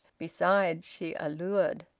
besides, she allured.